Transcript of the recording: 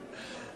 להודיעכם,